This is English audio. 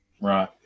Right